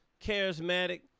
charismatic